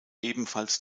ebenfalls